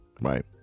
Right